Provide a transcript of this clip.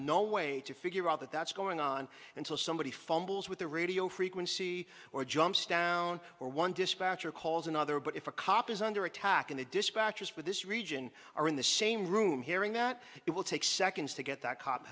no way to figure out that that's going on until somebody fumbles with the radio frequency or jumps down or one dispatcher calls another but if a cop is under attack in the dispatchers for this region or in the same room hearing that it will take seconds to get that c